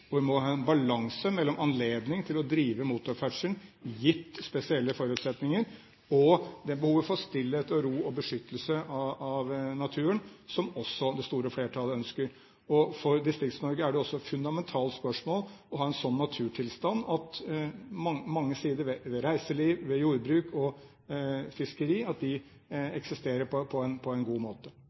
deler. Vi må ha en balanse mellom anledningen til å drive motorferdsel, gitt spesielle forutsetninger, og det behovet for stillhet, ro og beskyttelse av naturen som det store flertallet også ønsker. For Distrikts-Norge er det også et fundamentalt spørsmål å ha en slik naturtilstand at mange sider ved reiselivet, jordbruket og fiskeriene eksisterer på en god måte.